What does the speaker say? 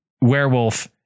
werewolf